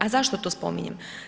A zašto to spominjem?